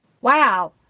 Wow